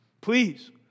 Please